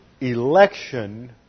election